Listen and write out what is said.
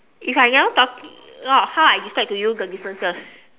if I never talk uh how I describe to you the differences